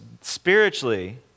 spiritually